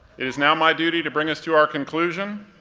it is now my duty to bring us to our conclusion.